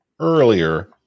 earlier